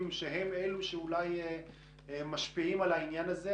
שהם אלו שאולי משפיעים על העניין הזה,